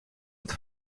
dat